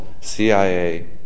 CIA